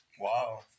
Wow